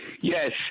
Yes